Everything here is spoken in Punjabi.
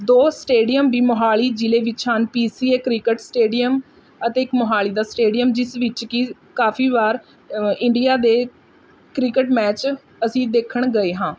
ਦੋ ਸਟੇਡੀਅਮ ਵੀ ਮੋਹਾਲੀ ਜਿਲ੍ਹੇ ਵਿੱਚ ਹਨ P C A cricket stadium ਅਤੇ ਇੱਕ ਮੋਹਾਲੀ ਦਾ ਸਟੇਡੀਅਮ ਜਿਸ ਵਿੱਚ ਕਿ ਕਾਫੀ ਵਾਰ ਇੰਡੀਆ ਦੇ ਕ੍ਰਿਕਟ ਮੈਚ ਅਸੀਂ ਦੇਖਣ ਗਏ ਹਾਂ